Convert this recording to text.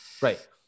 Right